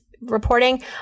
reporting